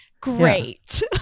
Great